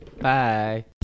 bye